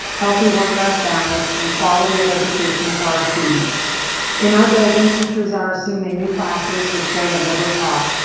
healthy work, life balance. and quality of education for our students in our building. teachers are assuming new classes which they have never taught.